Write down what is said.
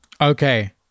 Okay